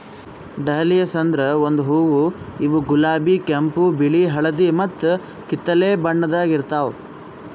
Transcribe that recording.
dahlias ಅಂದುರ್ ಒಂದು ಹೂವು ಇವು ಗುಲಾಬಿ, ಕೆಂಪು, ಬಿಳಿ, ಹಳದಿ ಮತ್ತ ಕಿತ್ತಳೆ ಬಣ್ಣದಾಗ್ ಇರ್ತಾವ್